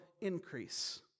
increase